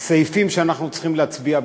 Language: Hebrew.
סעיפים שאנחנו צריכים להצביע בעדם.